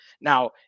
Now